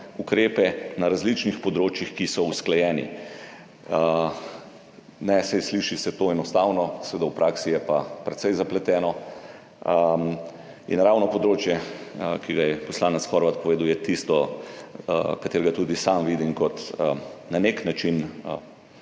ukrepe na različnih področjih, ki so usklajeni. Saj sliši se to enostavno, v praksi je pa precej zapleteno. In ravno področje, ki ga je poslanec Horvat povedal, je tisto, katero tudi sam vidim kot na nek način